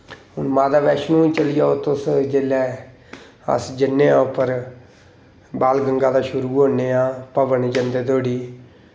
हून माता बैश्नो चली जाओ तुस जिसलै अस जन्ने आं उप्पर बाल गंगा दा शुरू होन्ने आं भवन जंदे धोड़ी